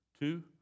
Two